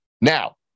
Now